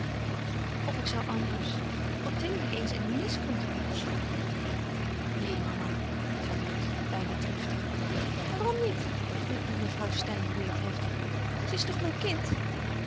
of ik zoû anders ottilie eens in nice kunnen gaan opzoeken neen mama zei lot bijna driftig waarom niet riep mevrouw steyn de weert heftiger ze is toch mijn kind